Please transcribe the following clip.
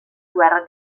guerra